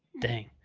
thing.